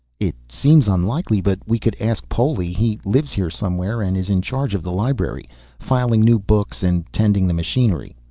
it seems unlikely, but we could ask poli. he lives here somewhere and is in charge of the library filing new books and tending the machinery.